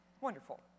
Wonderful